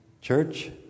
church